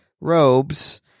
robes